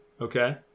okay